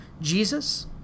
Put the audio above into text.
Jesus